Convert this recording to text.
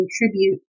contribute